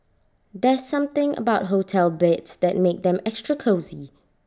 there's something about hotel beds that makes them extra cosy